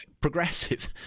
progressive